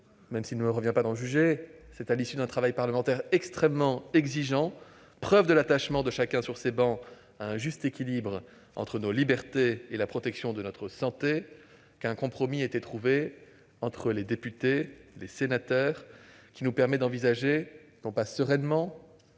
même s'il ne me revient pas d'en juger, c'est à l'issue d'un travail parlementaire extrêmement exigeant- preuve de l'attachement de chacun, sur ces travées, au juste équilibre entre nos libertés et la protection de notre santé -qu'un compromis a été trouvé entre les députés et les sénateurs, qui nous permet d'envisager, non pas sereinement,